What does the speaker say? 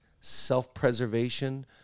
self-preservation